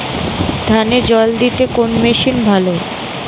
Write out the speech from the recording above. ধানে জল দিতে কোন মেশিন ভালো?